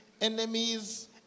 enemies